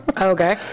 Okay